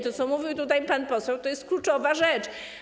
To, o czym mówił tutaj pan poseł, to jest kluczowa rzecz.